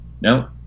No